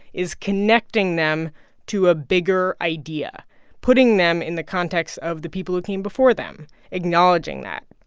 is connecting them to a bigger idea putting them in the context of the people who came before them acknowledging that.